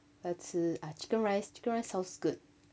要吃 ah chicken rice chicken rice sounds good